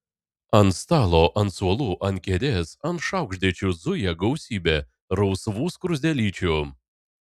ant stalo ant suolų ant kėdės ant šaukštdėčių zuja gausybė rausvų skruzdėlyčių